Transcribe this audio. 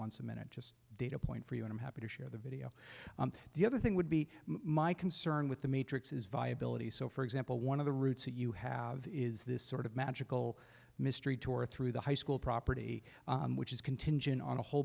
once a minute just data point for you and i'm happy to share the video the other thing would be my concern with the matrix is viability so for example one of the routes you have is this sort of magical mystery tour through the high school property which is contingent on a whole